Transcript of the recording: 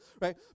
right